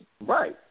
Right